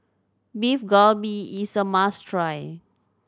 Beef Galbi is a must try